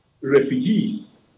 refugees